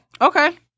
Okay